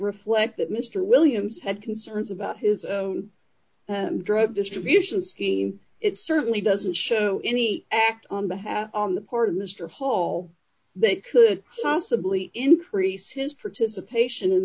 reflect that mr williams had concerns about his own and drug distributions he it certainly doesn't show any act on behalf on the part of mr hall that could possibly increase his participation in